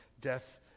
death